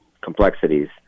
complexities